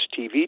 TV